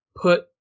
put